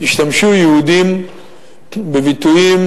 יהודים בביטויים